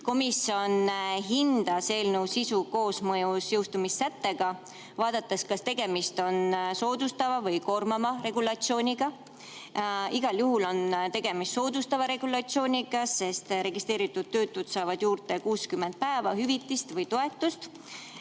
Komisjon hindas eelnõu sisu koosmõjus jõustumissättega, arutades, kas tegemist on soodustava või koormava regulatsiooniga. Igal juhul on tegemist soodustava regulatsiooniga, sest registreeritud töötud saavad juurde 60 päeva [makstavat] hüvitist või toetust,